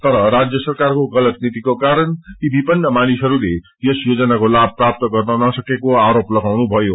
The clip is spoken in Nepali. तर राज्य सरकारको गलत नीतिको कारण यी विपन्न मानिसहरूले यस योजनाको लाभ प्राप्त गर्न नसकेको आरोप लगाउनुभयो